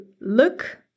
look